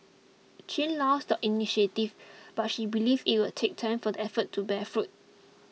chin lauds the initiatives but she believes it will take time for the efforts to bear fruit